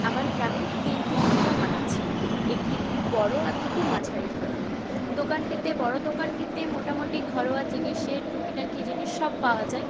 আমার গ্রামে তিনটি মুদি দোকান আছে একটি খুব বড় আর দুটি মাঝারি ধরনের দোকানটিতে বড় দোকানটিতে মোটামুটি ঘরোয়া জিনিসের টুকিটাকি জিনিস সব পাওয়া যায়